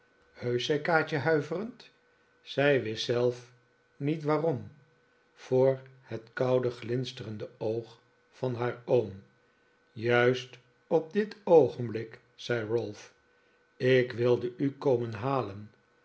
heusch zei kaatje huiverend zij wist zelf niet waarom voor het koude glinsterende oog van haar oom juist op dit oogenblik zei ralph ik wilde u komen halen